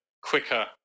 quicker